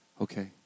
Okay